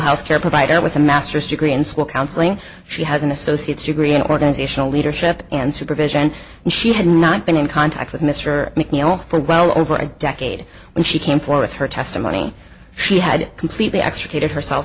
care provider with a master's degree in school counseling she has an associates degree in organizational leadership and supervision and she had not been in contact with mr mcneil for well over a decade when she came forward her testimony she had completely extricated herself